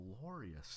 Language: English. glorious